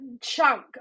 chunk